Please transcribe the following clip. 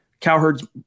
Cowherd's